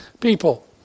people